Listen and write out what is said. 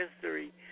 history